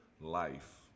life